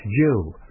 Jew